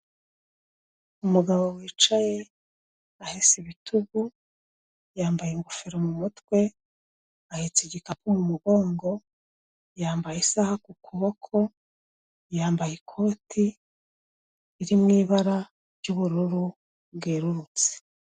Umugabo wicaye ahesa ibitugu yambaye ingofero mu mutwe, ahetse igikapu mu mugongo, yambaye isaha ku kuboko, yambaye ikoti riri mu ibara ry'ubururu bwerurutse.